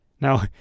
Now